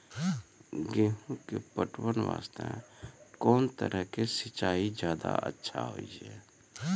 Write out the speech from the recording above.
गेहूँ के पटवन वास्ते कोंन तरह के सिंचाई ज्यादा अच्छा होय छै?